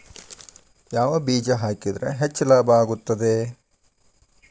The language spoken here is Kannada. ಯಾವ ಬೇಜ ಹಾಕಿದ್ರ ಹೆಚ್ಚ ಲಾಭ ಆಗುತ್ತದೆ?